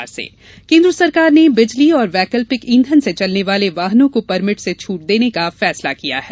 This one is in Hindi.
वैकल्पिक ईंधन केन्द्र सरकार ने बिजली और वैकल्पिक ईंधन से चलने वाले वाहनों को परमिट से छूट देने का फैसला किया है